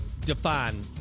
define